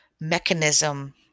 mechanism